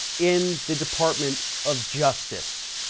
in the department of justice.